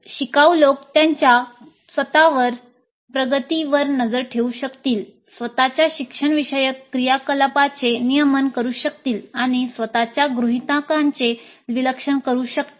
शिकाऊ लोक त्यांच्या स्वतःच्या प्रगतीवर नजर ठेवू शकतील स्वत च्या शिक्षणविषयक क्रियाकलापांचे नियमन करू शकतील आणि स्वत च्या गृहितकांचे विश्लेषण करू शकतील